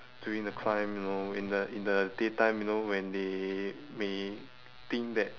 doing the climb you know in the in the daytime you know when they may think that